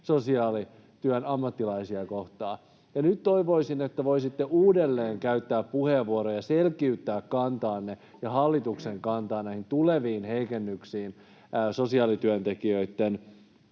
sosiaalityön ammattilaisia kohtaan. Nyt toivoisin, että voisitte uudelleen käyttää puheenvuoron ja selkiyttää kantaanne ja hallituksen kantaa näihin tuleviin heikennyksiin sosiaalityöntekijöitten